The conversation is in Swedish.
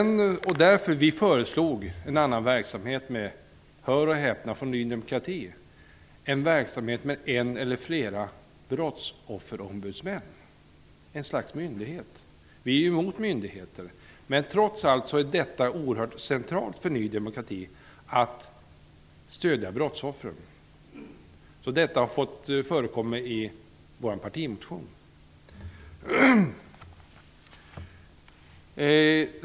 Ny demokrati föreslog t.o.m. en annan verksamhet med en eller flera brottsofferombudsmän, ett slags myndighet -- hör och häpna. Ny demokrati är ju emot myndigheter. Men trots allt är det oerhört centralt för Ny demokrati att stödja brottsoffren. Denna fråga har förekommit i Ny demokratis partimotion.